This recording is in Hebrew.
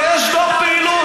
ויש דוח פעילות,